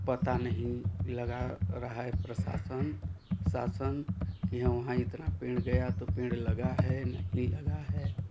पता नहीं लगा रहा है प्रशासन शासन कि वहाँ इतना पेड़ गया तो लगा है नहीं लगा है